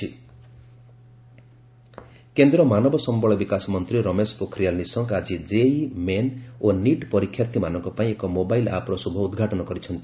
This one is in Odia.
ଅଭ୍ୟାସ୍ ମୋବାଇଲ୍ ଆପ୍ କେନ୍ଦ୍ର ମାନବ ସମ୍ଭଳ ବିକାଶ ମନ୍ତ୍ରୀ ରମେଶ ପୋଖରିଆଲ ନିଶଙ୍କ ଆଜି ଜେଇଇ ମେନ୍ ଓ ନିଟ୍ ପରୀକ୍ଷାର୍ଥୀମାନଙ୍କ ପାଇଁ ଏକ ମୋବାଇଲ୍ ଆପ୍ର ଶୁଭ ଉଦ୍ଘାଟନ କରିଛନ୍ତି